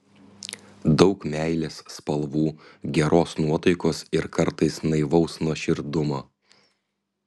daug meilės spalvų geros nuotaikos ir kartais naivaus nuoširdumo